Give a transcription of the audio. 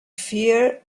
fear